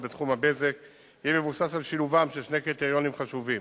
בתחום הבזק יהיה מבוסס על שילובם של שני קריטריונים חשובים: